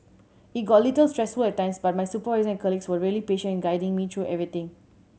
it got a little stressful at times but my supervisor and colleagues were really patient in guiding me through everything